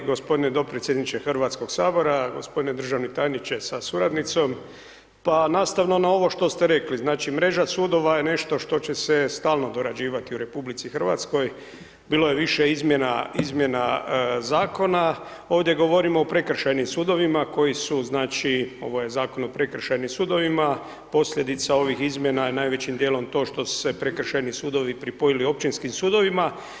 Poštovani g. dopredsjedniče Hrvatskog sabora, g. državni tajniče sa suradnicom, pa nastavno na ovo što ste rekli, znači mreža sudova je nešto što će se stalno dorađivati u RH, bilo je više izmjena zakona, ovdje govorimo o prekršajnim sudovima, koji su znači, ovo je Zakon o prekršajnim sudovima, posljedica ovih izmjena je najvećim dijelom to što su se prekršajni sudovi pripojili općinskim sudovima.